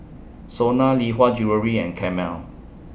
Sona Lee Hwa Jewellery and Camel